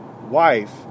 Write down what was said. wife